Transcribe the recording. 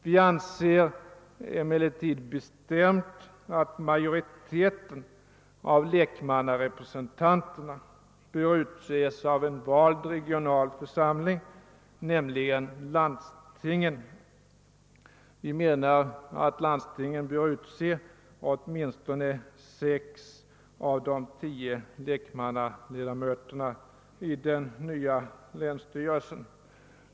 Vi anser emellertid bestämt att majoriteten av lekmannarepresentanterna bör utses av en vald regional församling, nämligen landstingen. Vi menar att landstingen bör utse åtminstone sex av de tio lekmannaledamöterna i den nya länsstyrelsen.